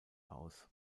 aus